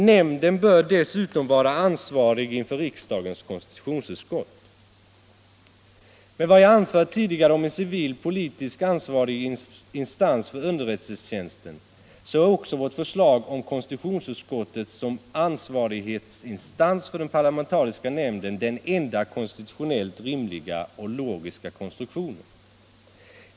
Nämnden bör även vara ansvarig inför riksdagens konstitutionsutskott. Med hänsyn till vad jag anfört tidigare om en civil politisk ansvarig instans för underrättelsetjänsten är också vårt förslag om konstitutionsutskottet som ansvarig instans för den parlamentariska nämnden den enda konstitutionellt rimliga och logiska konstruktionen.